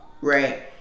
right